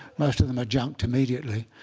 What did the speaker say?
most of them are junked immediately.